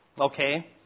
Okay